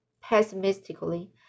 pessimistically